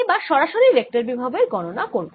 এবার সরাসরি ভেক্টর বিভবের গণনা করব